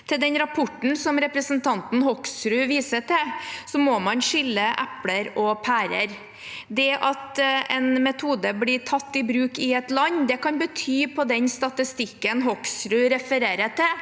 den rapporten som representanten Hoksrud viser til, må man skille epler og pærer. Det at en metode blir tatt i bruk i et land, kan bety – på den statistikken Hoksrud refererer til